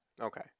Okay